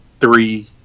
three